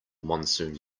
monsoon